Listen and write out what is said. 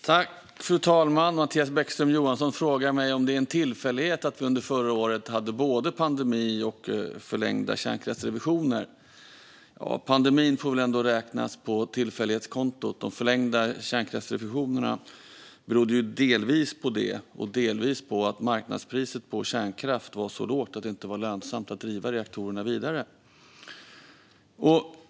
Fru talman! Mattias Bäckström Johansson frågade mig om det var en tillfällighet att vi under förra året hade både en pandemi och förlängda kärnkraftsrevisioner. Pandemin får väl ändå räknas på tillfällighetskontot. De förlängda kärnkraftsrevisionerna berodde delvis på detta och delvis på att marknadspriset på kärnkraft var så lågt att det inte var lönsamt att driva reaktorerna vidare.